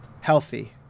healthy